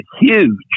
huge